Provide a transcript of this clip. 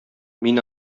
мин